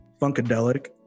Funkadelic